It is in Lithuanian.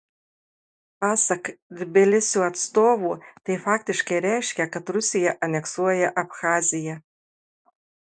pasak tbilisio atstovų tai faktiškai reiškia kad rusija aneksuoja abchaziją